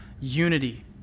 unity